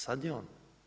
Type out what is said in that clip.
Sad je on.